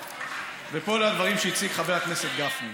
וכל הדברים שהציג חבר הכנסת גפני.